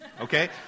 Okay